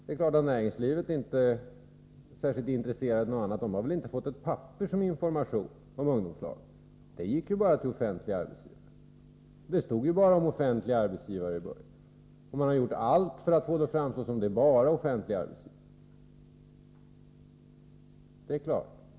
Det är klart att näringslivet inte är särskilt intresserat. Näringslivet har väl inte fått ett papper med information om ungdomslagen. Det gick ju bara till offentliga arbetsgivare, och det stod ju bara om offentliga arbetsgivare i början. Man har gjort allt för att få det att framstå som om det bara är offentliga arbetsgivare det gäller.